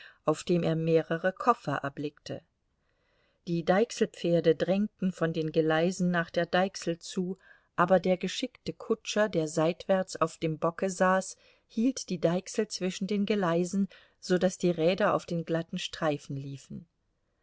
auf dem er mehrere koffer erblickte die deichselpferde drängten von den geleisen nach der deichsel zu aber der geschickte kutscher der seitwärts auf dem bocke saß hielt die deichsel zwischen den geleisen so daß die räder auf den glatten streifen liefen